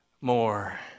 more